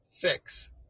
fix